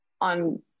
on